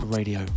Radio